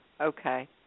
Okay